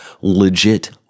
legit